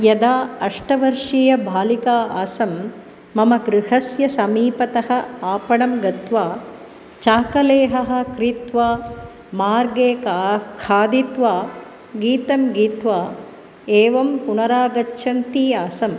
यदा अष्टवर्षीया बालिका आसं मम गृहस्य समीपतः आपणं गत्वा चाकलेहः क्रीत्वा मार्गे का खादित्वा गीतं गीत्वा एवं पुनरागच्छन्ती आसम्